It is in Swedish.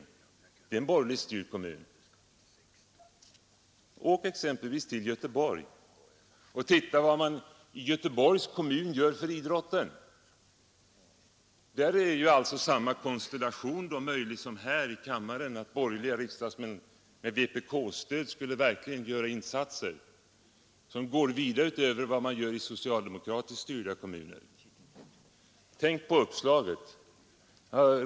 Göteborg är som bekant en borgerligt styrd kommun. Åk exempelvis till Göteborg och se på vad man i Göteborgs kommun gör för idrotten! Där är det samma konstellation som här i kammaren, att borgerliga riksdagsmän med vpk-stöd verkligen skulle kunna göra insatser, som går utöver vad man gör i socialdemokratiskt styrda kommuner. Men det gör man inte. Tvärtom. Tänk på uppslaget!